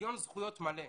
שוויון זכויות מלא.